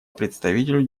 представителю